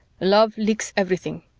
love licks everything.